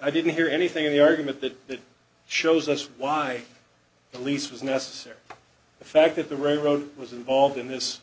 i didn't hear anything in the argument that that shows us why the lease was necessary the fact that the railroad was involved in this